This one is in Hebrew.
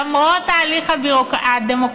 למרות ההליך הדמוקרטי.